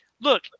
Look